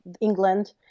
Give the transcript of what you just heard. England